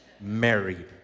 married